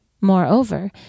Moreover